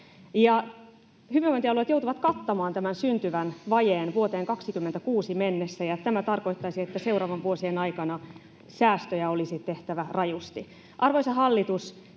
Hyvinvointialueet joutuvat kattamaan tämän syntyvän vajeen vuoteen 26 mennessä, ja tämä tarkoittaisi, että seuraavien vuosien aikana säästöjä olisi tehtävä rajusti. Arvoisa hallitus,